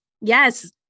Yes